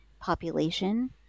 population